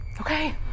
Okay